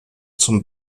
zum